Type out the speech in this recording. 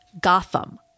Gotham